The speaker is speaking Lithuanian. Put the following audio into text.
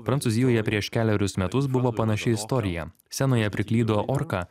prancūzijoje prieš kelerius metus buvo panaši istorija scenoje priklydo orka